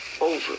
over